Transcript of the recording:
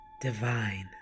Divine